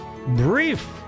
brief